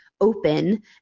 open